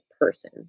person